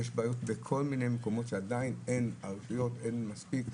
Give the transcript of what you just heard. יש בעיות בכל מיני מקומות שלרשויות אין מספיק משאבים.